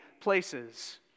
places